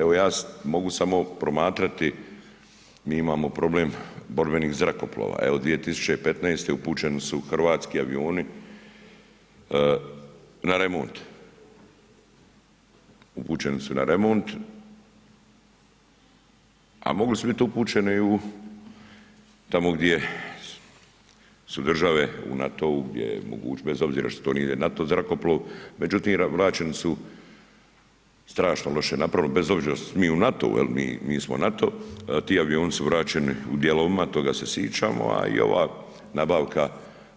Evo ja mogu samo promatrati, mi imamo problem borbenih zrakoplova, evo 2015. upućeni su hrvatski avioni na remont, upućeni su na remont, a mogli su biti upućeni u, tamo gdje su države u NATO-u bez obzira što to nije NATO zrakoplov, međutim, vraćeni su strašno loše napravljeno bez obzira što smo mi u NATO-u jel, mi smo NATO, ti avioni su vraćeni u dijelovima, toga se sićemo, a i ova nabavka